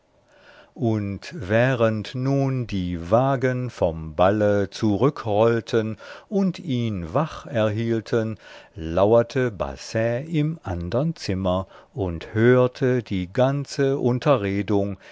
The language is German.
und während nun die wagen vom balle zurück rollten und ihn wach erhielten lauerte basset im andern zimmer und hörte die ganze unterredung